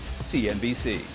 CNBC